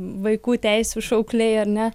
vaikų teisių šaukliai ar ne